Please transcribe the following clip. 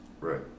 Right